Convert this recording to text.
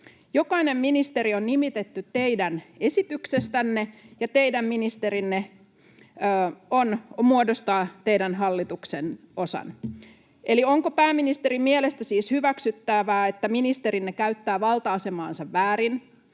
Jokainen ministeri on nimitetty teidän esityksestänne, ja teidän ministerinne muodostavat teidän hallituksenne. Eli onko pääministerin mielestä siis hyväksyttävää, että ministerinne käyttää valta-asemaansa väärin?